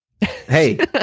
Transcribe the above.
Hey